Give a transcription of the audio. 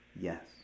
Yes